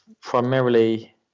primarily